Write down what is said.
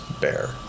bear